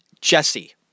Jesse